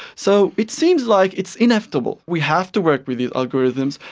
so it seems like it's inevitable, we have to work with these algorithms,